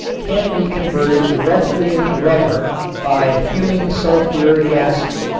can be converted directly into rubber by fuming sulfuric acid.